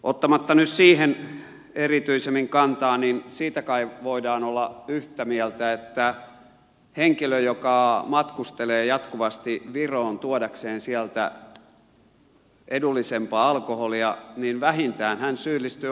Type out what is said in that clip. ottamatta nyt siihen erityisemmin kantaa niin siitä kai voidaan olla yhtä mieltä että henkilö joka matkustelee jatkuvasti viroon tuodakseen sieltä edullisempaa alkoholia vähintään syyllistyy aggressiiviseen verosuunnitteluun